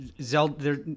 Zelda